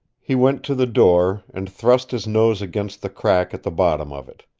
he went to the door, and thrust his nose against the crack at the bottom of it.